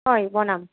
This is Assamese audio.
হয় বনাম